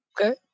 okay